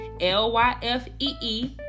l-y-f-e-e